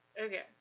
okay